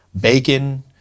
bacon